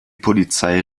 polizei